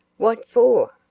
what for?